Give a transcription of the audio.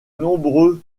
nombreux